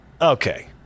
okay